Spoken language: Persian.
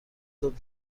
صبح